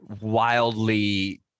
wildly